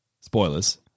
spoilers